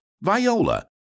viola